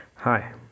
Hi